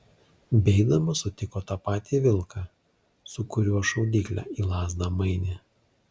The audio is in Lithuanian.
beeidamas sutiko tą patį vilką su kuriuo šaudyklę į lazdą mainė